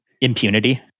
Impunity